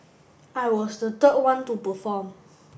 I was the third one to perform